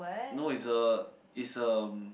no is a is a